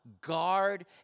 guard